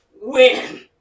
win